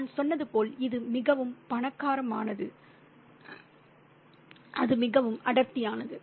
நான் சொன்னது போல் இது மிகவும் பணக்காரமானது அது மிகவும் அடர்த்தியானது